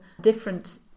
different